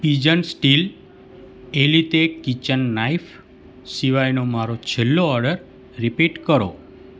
Pigeon steel elite kitchen knife સિવાયનો મારો છેલ્લો ઓર્ડર રીપીટ કરો